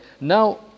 now